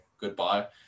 goodbye